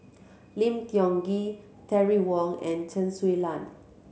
Lim Tiong Ghee Terry Wong and Chen Su Lan